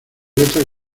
letras